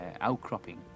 outcropping